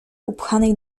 upchanej